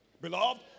Beloved